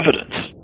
evidence